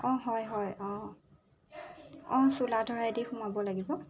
অঁ হয় হয় অঁ অঁ চোলাধৰাইদি সোমাব লাগিব